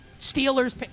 Steelers